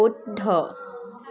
শুদ্ধ